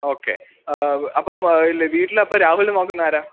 okay അപ്പം ഇല്ല വീട്ടിലപ്പം രാഹുലിനെ നോക്കുന്നതാരാണ്